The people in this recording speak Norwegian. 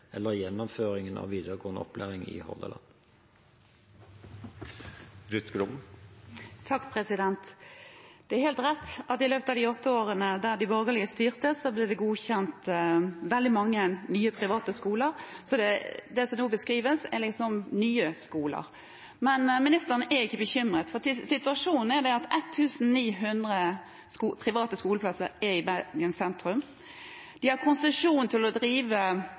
eller gjennomføringen av videregående opplæring i Hordaland. Det er helt rett at i løpet av de åtte årene de borgerlige styrte, ble det godkjent veldig mange nye private skoler, så det som nå beskrives, er liksom nye skoler. Men ministeren er ikke bekymret. Situasjonen er at 1 900 private skoleplasser er i Bergen sentrum. De har konsesjon til å drive